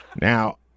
Now